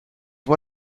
one